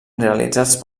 realitzats